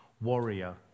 warrior